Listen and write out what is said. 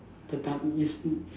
the time is n~